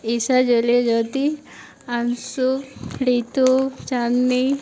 ईसा जले ज्योति अंसु ड़ितु चाँदनी